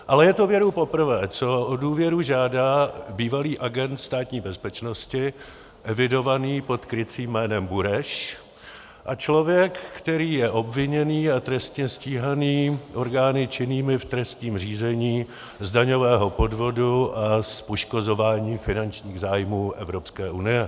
Ale je to věru poprvé, co o důvěru žádá bývalý agent Státní bezpečnosti evidovaný pod krycím jménem Bureš a člověk, který je obviněný a trestně stíhaný orgány činnými v trestním řízení z daňového podvodu a z poškozování finančních zájmů Evropské unie.